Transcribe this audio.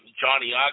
Johnny